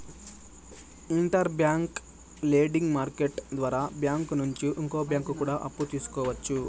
inter bank lending market ద్వారా bank నుంచి ఇంకో బ్యాంకు కూడా అప్పు తీసుకోవచ్చు